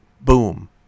boom